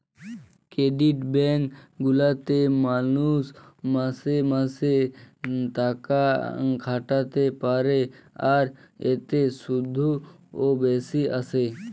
credit bank গুলাতে মালুষ মাসে মাসে তাকাখাটাতে পারে, আর এতে শুধ ও বেশি আসে